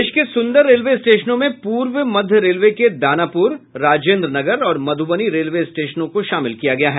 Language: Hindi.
देश के सुन्दर रेलवे स्टेशनों में पूर्व मध्य रेलवे के दानापुर राजेन्द्र नगर और मधुबनी रेल स्टेशन को शामिल किया गया है